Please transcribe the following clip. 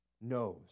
knows